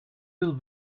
will